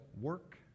work